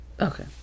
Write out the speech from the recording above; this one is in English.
Okay